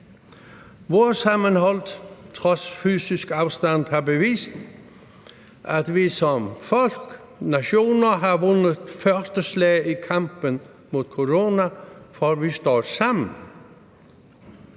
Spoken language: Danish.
Vores sammenhold – trods fysisk afstand – har bevist, at vi som folk – nationer – har vundet første slag i kampen mod corona, fordi vi står sammen.